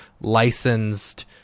licensed